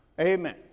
Amen